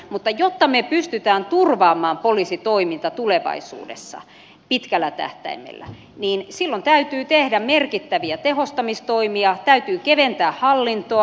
mutta jotta me pystymme turvaamaan poliisin toiminnan tulevaisuudessa pitkällä tähtäimellä niin silloin täytyy tehdä merkittäviä tehostamistoimia täytyy keventää hallintoa